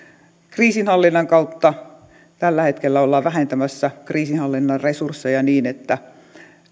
kriisinhallinnan kautta tällä hetkellä ollaan vähentämässä kriisinhallinnan resursseja niin että